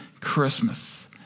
Christmas